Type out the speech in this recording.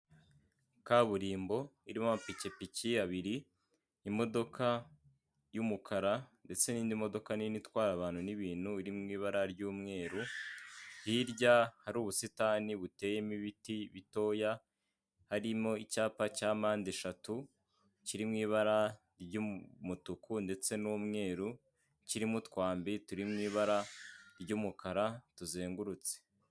Inzu isize amarange y'umweru iri kumwe n'ifite amabati atukura, hejura haranyuraho insinga z'umuriro hari urugo rw'imiyenzi.